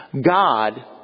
God